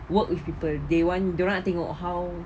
work with people they want dia orang nak tengok how